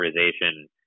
authorization